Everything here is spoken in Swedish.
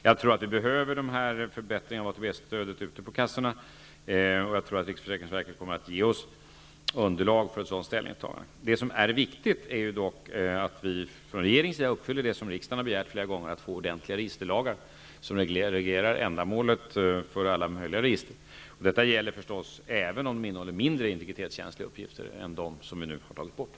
Jag tror att det behövs en förbättring av ADB stödet ute på kassorna. Dessutom tror jag att riksförsäkringsverket kommer att ge oss underlag för ett sådant ställningstagande. Det är dock viktigt att vi i regeringen uppfyller det krav som riksdagen flera gånger har ställt. Riksdagen har nämligen flera gånger begärt att få ordentliga registerlagar avseende ändamålet för alla möjliga register. Detta gäller förstås även om registren innehåller mindre integritetskänsliga uppgifter än de som vi nu har tagit bort.